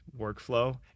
workflow